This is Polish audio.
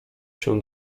się